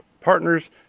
partners